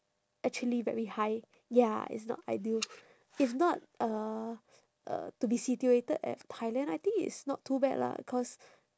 actually very high ya it's not ideal if not uh uh to be situated at thailand I think it is not too bad lah cause